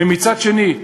ומצד שני,